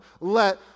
let